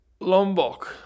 Lombok